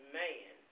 man